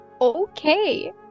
okay